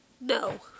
No